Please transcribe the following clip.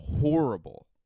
horrible